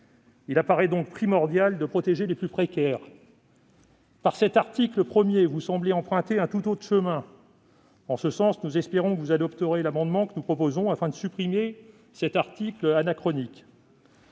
il apparaît primordial de protéger les plus précaires. Avec l'article 1, vous semblez emprunter un tout autre chemin. Aussi, nous espérons que vous adopterez l'amendement que nous proposons, afin de supprimer cet article anachronique.